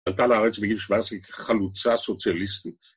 הלכה לארץ בגיל 17, חלוצה סוציאליסטית.